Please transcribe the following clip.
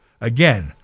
Again